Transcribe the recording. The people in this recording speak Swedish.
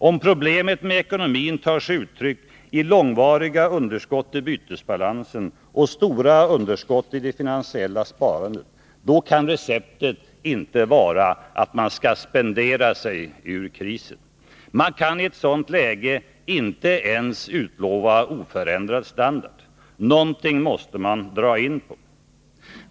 Om problemet med ekonomin tar sig uttryck i långvariga underskott i bytesbalansen och stora underskott i det finansiella sparandet, kan receptet inte vara att spendera sig ur krisen. Man kan i ett sådant läge inte ens utlova oförändrad standard, någonting måste man dra in på.